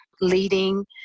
leading